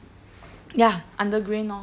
ya under Grain orh